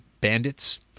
bandits